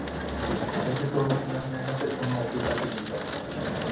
ਠੀਕ ਹੈ thank you so much ma'am ਮੈਂ ਨਾ ਫਿਰ ਤੁਹਾਨੂੰ ਆਫ਼ਿਸ ਆ ਕੇ ਮਿਲਦਾ ਜੀ